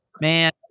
Man